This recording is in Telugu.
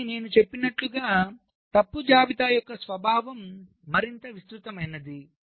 కాని నేను చెప్పినట్లుగా తప్పు జాబితా యొక్క స్వభావం మరింత విస్తృతమైనది